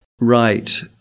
Right